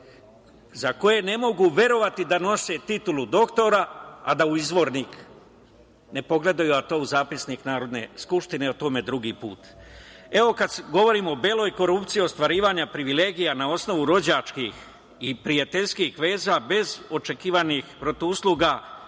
za koje ne mogu verovati da nose titulu doktora, a da u izvornik ne pogledaju, a to u zapisnik Narodne skupštine, o tome drugi put. Kada govorimo o beloj korupciji ostvarivanja privilegija na osnovu rođačkih i prijateljskih veza, bez očekivanih protivusluga,